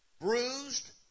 bruised